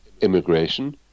immigration